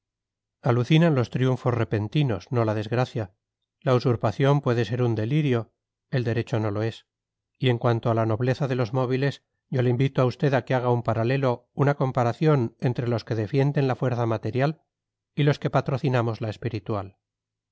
alucinan los triunfos repentinos no la desgracia la usurpación puede ser un delirio el derecho no lo es y en cuanto a la nobleza de los móviles yo le invito a usted a que haga un paralelo una comparación entre los que defienden la fuerza material y los que patrocinamos la espiritual